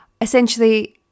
essentially